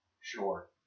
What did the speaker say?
Sure